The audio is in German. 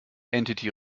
entity